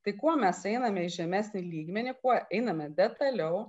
tai kuo mes einame į žemesnį lygmenį kuo einame detaliau